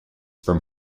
from